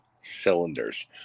cylinders